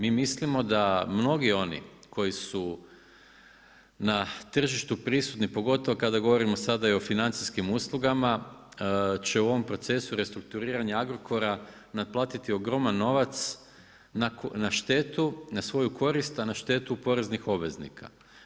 Mi mislimo da mnogi oni koji su na tržištu prisutni, pogotovo kada govorimo sada i o financijskim uslugama će u ovom procesu restrukturiranja Agrokora naplatiti ogroman novac na štetu, na svoju korist a ne štetu poreznih obveznika.